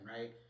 right